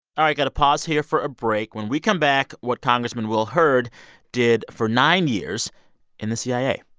all right got to pause here for a break. when we come back, what congressman will hurd did for nine years in the cia.